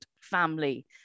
family